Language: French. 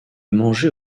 manger